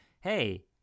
Hey